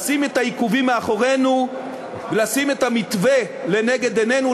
לשים את העיכובים מאחורינו ולשים את המתווה לנגד עינינו,